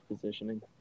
positioning